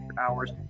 hours